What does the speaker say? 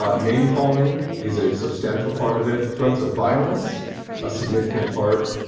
um name-calling is a substantial part of it, threats of violence a significant part,